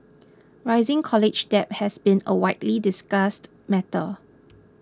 rising college debt has been a widely discussed matter